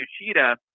Yoshida